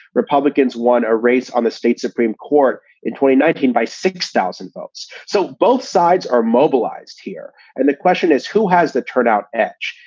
republicans won a race on the state supreme court in twenty nineteen by six thousand votes. so both sides are mobilized here. and the question is, who has the turnout edge?